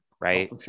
Right